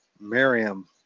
Miriam